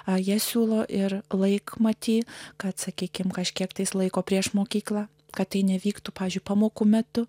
ką jie siūlo ir laikmatį kad sakykime kažkiek laiko prieš mokyklą kad tai nevyktų pavyzdžiui pamokų metu